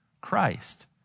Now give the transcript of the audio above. Christ